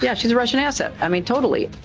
yeah she's a russian asset. i mean, totally.